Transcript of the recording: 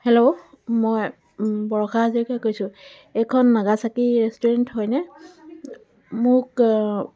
hello মই বৰষা হাজৰিকাই কৈছোঁ এইখন নাগাচাকি ৰেষ্টোৰেণ্ট হয়নে মোক